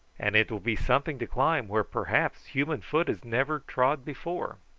and it will be something to climb where perhaps human foot has never trod before.